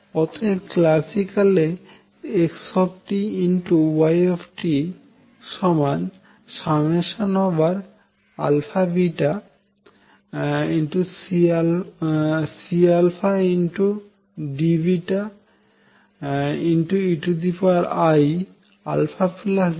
অতএব ক্ল্যাসিক্যালে xy αβCDeiαβωnt